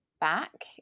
back